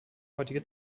heutige